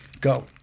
Go